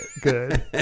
Good